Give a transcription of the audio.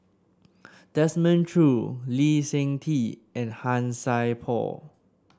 Desmond Choo Lee Seng Tee and Han Sai Por